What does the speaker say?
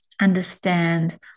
understand